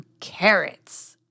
carrots